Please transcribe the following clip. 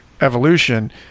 evolution